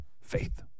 Faith